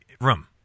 room